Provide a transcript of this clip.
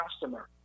customer